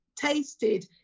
tasted